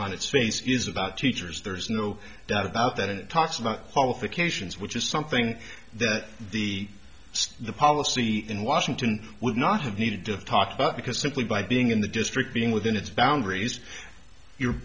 on its face is about teachers there's no doubt about that it talks about qualifications which is something that the the policy in washington would not have needed to talk about because simply by being in the district being within its boundaries you're